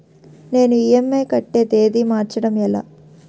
నేను ఇ.ఎం.ఐ కట్టే తేదీ మార్చడం ఎలా?